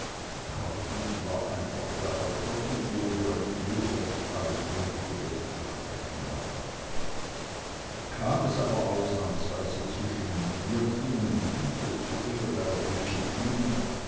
hartwig war einfach der alter ego der mit jeserich alles nötige durchzusprechen hatte kam es aber ausnahmsweise zwischen wirtin und mieter zu irgendeiner begegnung